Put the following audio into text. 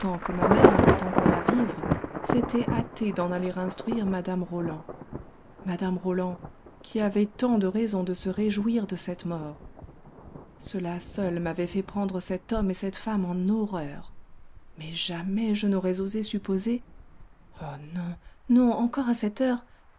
que ma mère avait encore à vivre s'était hâté d'en aller instruire mme roland mme roland qui avait tant de raisons de se réjouir de cette mort cela seul m'avait fait prendre cet homme et cet femme en horreur mais jamais je n'aurais osé supposer oh non non encore à cette heure